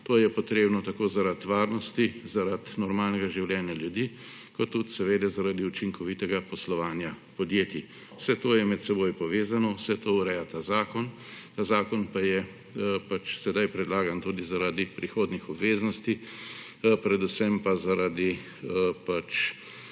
To je potrebno tako zaradi varnosti, zaradi normalnega življenja ljudi kot tudi zaradi učinkovitega poslovanja podjetij. Vse to je med seboj povezano, vse to ureja ta zakon, ta zakon pa je sedaj predlagan tudi zaradi prihodnjih obveznosti, predvsem pa zaradi